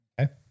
Okay